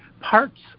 parts